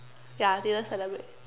ya I didn't celebrate